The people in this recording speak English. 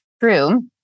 true